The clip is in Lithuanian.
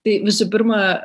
tai visų pirma